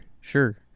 Sure